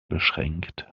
beschränkt